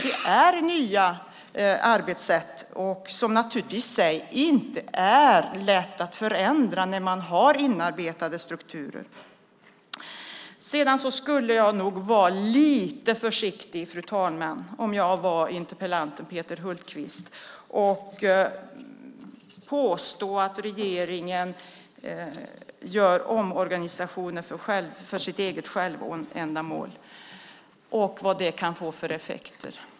Det är nya arbetssätt som i sig naturligtvis inte är lätta att förändra när man har inarbetade strukturer. Sedan skulle jag nog vara lite försiktig, fru talman, med att som interpellanten Peter Hultqvist påstå att regeringen gör omorganisationer som ett självändamål och vad det kan få för effekter.